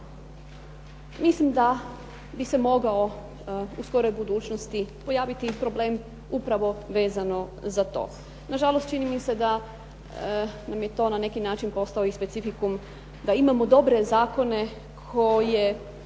Mislim da bi se mogao u skoroj budućnosti pojaviti problem upravo vezano za to. Nažalost, čini mi se da nam je to na neki način posao i specifikum, da imamo dobre zakone koje